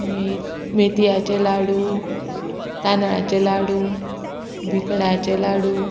मे मेथयांचे लाडू तांदळाचे लाडू भिकणाचे लाडू